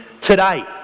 Today